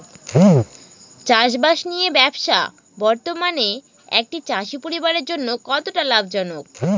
চাষবাষ নিয়ে ব্যবসা বর্তমানে একটি চাষী পরিবারের জন্য কতটা লাভজনক?